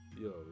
Yo